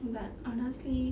but honestly